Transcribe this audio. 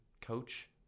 coach